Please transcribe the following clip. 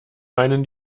meinen